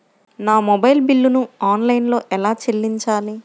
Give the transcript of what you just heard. నా మొబైల్ బిల్లును ఆన్లైన్లో ఎలా చెల్లించాలి?